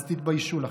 אז תתביישו לכם.